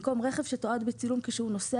במקום "רכב שתועד בצילום כשהוא נוסע